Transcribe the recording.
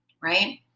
right